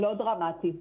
לא דרמטי.